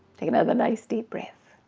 take another nice deep breath.